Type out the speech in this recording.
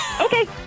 Okay